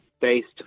based